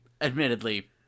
admittedly